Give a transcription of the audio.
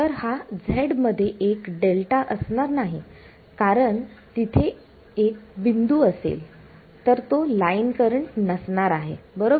तर हा z मध्ये एक डेल्टा असणार नाही कारण तिथे एक बिंदू असेल तर तो लाईन करंट नसणार आहे बरोबर